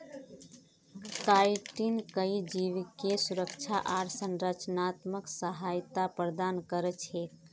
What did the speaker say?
chitin कई जीवके सुरक्षा आर संरचनात्मक सहायता प्रदान कर छेक